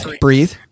breathe